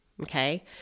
okay